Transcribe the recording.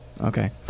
Okay